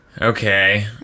Okay